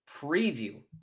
preview